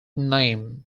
name